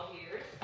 years